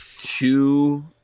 two